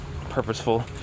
purposeful